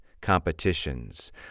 competitions